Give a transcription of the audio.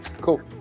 Cool